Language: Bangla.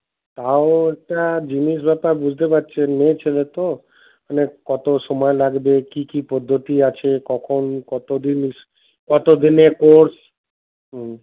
তাও আর একটা জিনিস ব্যাপার বুঝতে পারছি মেয়েছেলে তো মানে কত সময় লাগবে কী কী পদ্ধতি আছে কখন কতদিন কতদিনের কোর্স হুম